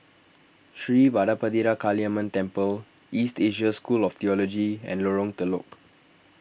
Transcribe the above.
Sri Vadapathira Kaliamman Temple East Asia School of theology and Lorong Telok